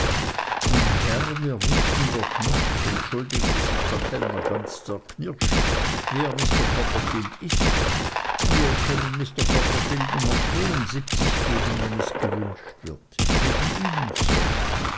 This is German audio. mein herr wir wußten doch nicht entschuldigte sich der kellner ganz zerknirscht wer mr copperfield ist wir können mr copperfield nummer geben wenn es gewünscht wird neben ihnen